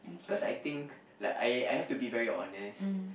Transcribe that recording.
cause I think like I I have to be very honest